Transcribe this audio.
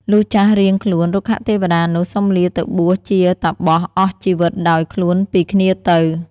លុះចាស់រៀងខ្លួន រុក្ខទេវតានោះសុំលាទៅបួសជាតាបសអស់ជីវិតដោយ ខ្លួនពីគ្នាទៅ ។